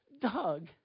Doug